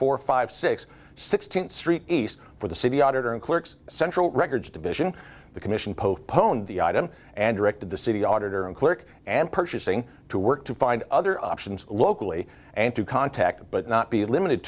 four five six sixteenth street east for the city auditor and clerks central records division the commission postponed the item and directed the city auditor and clerk and purchasing to work to find other options locally and to contact but not be limited